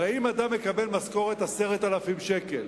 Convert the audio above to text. הרי אם אדם מקבל משכורת של 10,000 שקל,